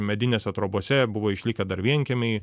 medinėse trobose buvo išlikę dar vienkiemiai